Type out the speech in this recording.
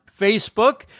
Facebook